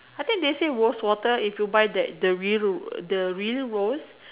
I think they say rose water if you buy that the real the real rose